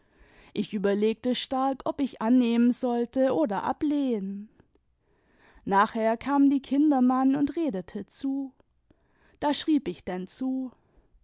ich überlegte stark ob ich annehmen sollte oder ablehnen nachher kam die kindermann und redete zu da schrieb ich denn zu